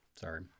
sorry